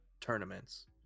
tournaments